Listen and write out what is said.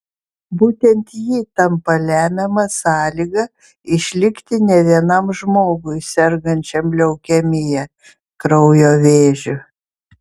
būtent ji tampa lemiama sąlyga išlikti ne vienam žmogui sergančiam leukemija kraujo vėžiu